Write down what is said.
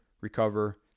recover